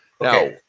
Now